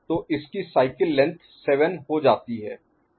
तो इसकी cycle length 7 हो जाती है